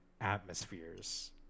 atmospheres